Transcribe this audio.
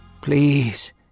Please